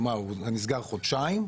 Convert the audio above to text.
שלדוגמה נסגר לחודשיים,